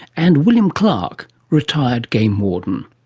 and william clark, retired game warden.